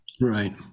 right